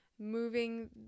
moving